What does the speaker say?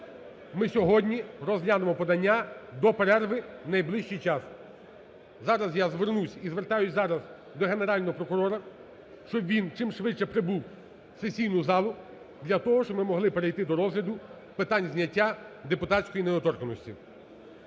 ми сьогодні розглянемо подання до перерви в найближчий час. Зараз я звернусь і звертаюсь зараз до Генерального прокурора, щоб він чимшвидше прибув у сесійну залу для того, щоб ми могли перейти до розгляду питань зняття депутатської недоторканності.